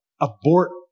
abort